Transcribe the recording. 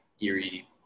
eerie